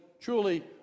truly